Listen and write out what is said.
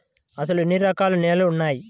అసలు ఎన్ని రకాల నేలలు వున్నాయి?